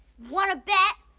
wanna bet?